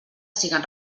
siguen